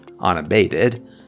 Unabated